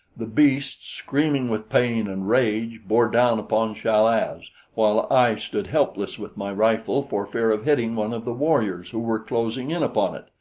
the beast, screaming with pain and rage, bore down upon chal-az while i stood helpless with my rifle for fear of hitting one of the warriors who were closing in upon it.